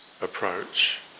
approach